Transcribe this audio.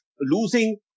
losing